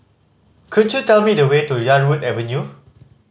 could you tell me the way to Yarwood Avenue